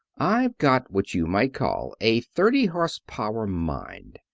i've got what you might call a thirty-horse-power mind.